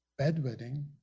bedwetting